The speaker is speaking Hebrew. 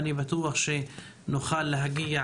אני בטוח שנוכל להגיע